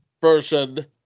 version